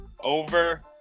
Over